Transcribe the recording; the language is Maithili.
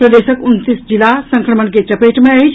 प्रदेशक उनतीस जिला संक्रमण के चपेट मे अछि